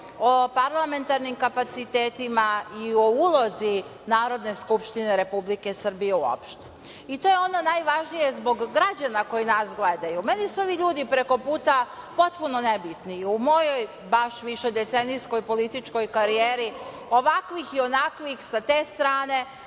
o parlamentarnim kapacitetima i o ulozi Narodne skupštine Republike Srbije uopšte. To je ono najvažnije, zbog građana koji nas gledaju. Meni su ovi ljudi prekoputa potpuno nebitni. U mojoj baš višedecenijskoj političkoj karijeri ovakvih i onakvih sa te strane,